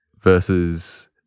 Versus